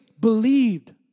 believed